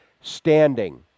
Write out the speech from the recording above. standing